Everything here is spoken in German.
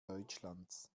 deutschlands